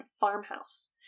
farmhouse